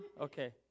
Okay